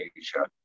Asia